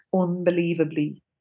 unbelievably